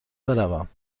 بروم